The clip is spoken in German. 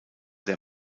der